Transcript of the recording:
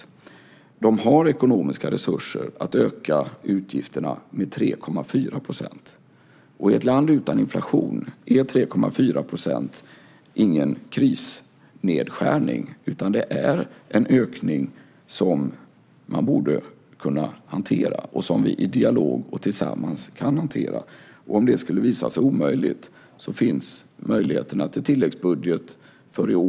Museet har ekonomiska resurser att öka utgifterna med 3,4 %. I ett land utan inflation är 3,4 % ingen krisnedskärning, utan det är en ökning som man borde kunna hantera och som vi i dialog och tillsammans kan hantera. Om det skulle visa sig vara omöjligt så finns möjligheterna till tilläggsbudget för i år.